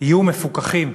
יהיו מפוקחים.